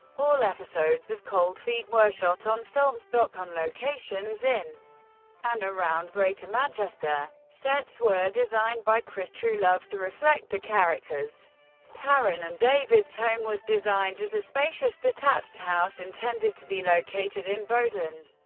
all episodes of cold feet were shot on film stock on locations in and around greater manchester. sets were designed by chris truelove to reflect the characters karen and david's home was designed as a spacious detached house intended to be located in bowdon,